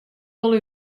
wol